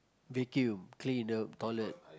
vacuum clean the toilet